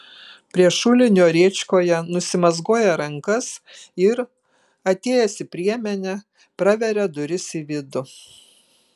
prie šulinio rėčkoje nusimazgoja rankas ir atėjęs į priemenę praveria duris į vidų